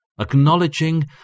acknowledging